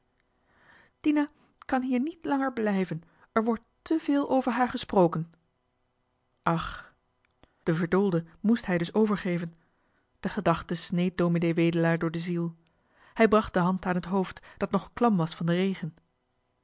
dina kan hier niet langer blijven er wordt te veel over haar gesproken ach de verdoolde moest hij dus overgeven de gedachte sneed ds wedelaar door de ziel hij bracht de hand aan het hoofd dat nog klam was van den regen